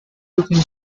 looking